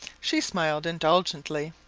she smiled indulgently.